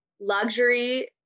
luxury